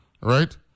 right